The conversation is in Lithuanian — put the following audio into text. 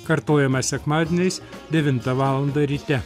kartojama sekmadieniais devintą valandą ryte